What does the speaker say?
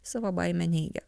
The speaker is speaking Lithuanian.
savo baimę neigia